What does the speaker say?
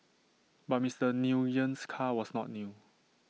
but Mister Nguyen's car was not new